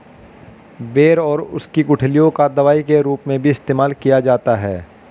बेर और उसकी गुठलियों का दवाई के रूप में भी इस्तेमाल किया जाता है